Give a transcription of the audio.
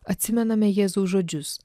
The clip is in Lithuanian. atsimename jėzaus žodžius